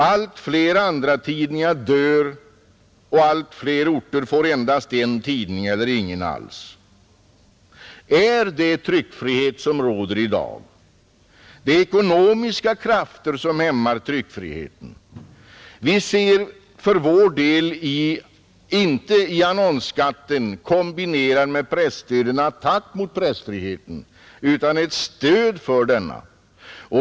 Allt fler andratidningar dör och allt fler orter får endast en tidning, eller ingen alls, Är det tryckfrihet som råder i dag? Nej, det är ekonomiska krafter som hämmar tryckfriheten. Vi anser för vår del inte att annonsskatten, kombinerad med presstödet, är en attack mot tryckfriheten, utan ett stöd för denna.